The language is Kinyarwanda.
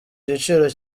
giciro